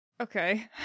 Okay